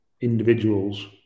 individuals